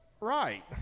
right